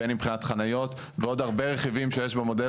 בין אם מבחינת חניות ועוד הרבה רכיבים שיש במודל